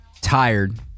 tired